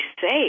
safe